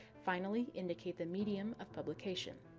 finally, indicate the medium of publication.